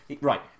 Right